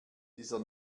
dieser